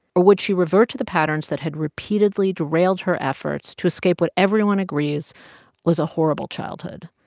or would she revert to the patterns that had repeatedly derailed her efforts to escape what everyone agrees was a horrible childhood?